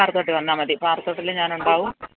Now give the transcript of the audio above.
പാറത്തോട്ടില് വന്നാല് മതി പാറത്തോട്ടില് ഞാനുണ്ടാവും